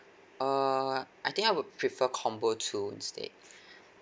err I think I would prefer combo two instead